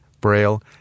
braille